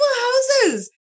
houses